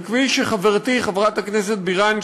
וכפי שחברתי חברת הכנסת בירן,